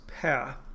path